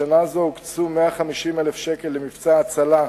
בשנה זאת הוקצו 150,000 שקל למבצע הצלה,